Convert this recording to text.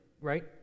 right